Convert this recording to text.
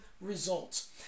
results